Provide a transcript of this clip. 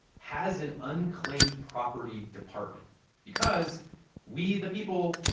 has an unclaimed property department because we, the people,